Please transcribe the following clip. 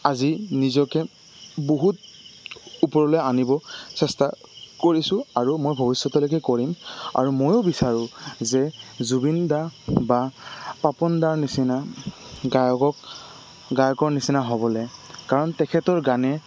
আজি নিজকে বহুত ওপৰলে আনিব চেষ্টা কৰিছোঁ আৰু মই ভৱিষ্যতলৈকে কৰিম আৰু ময়ো বিচাৰোঁ যে জুবিন দাৰ বা পাপন দাৰ নিচিনা গায়কক গায়কৰ নিচিনা হ'বলে কাৰণ তেখেতৰ গানে